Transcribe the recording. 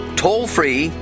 toll-free